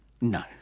No